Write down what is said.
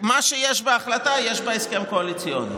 מה שיש בהחלטה, יש בהסכם הקואליציוני.